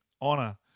honor